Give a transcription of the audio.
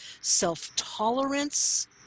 self-tolerance